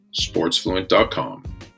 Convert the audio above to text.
sportsfluent.com